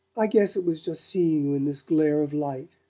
i guess it was just seeing you in this glare of light.